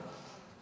נא לסיים.